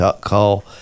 call